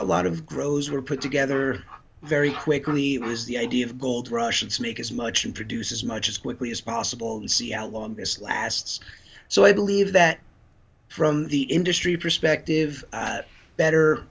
a lot of grows were put together very quickly is the idea of gold rush it's make as much and produce as much as quickly as possible and see out long this lasts so i believe that from the industry perspective better